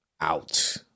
out